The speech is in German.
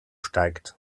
steigt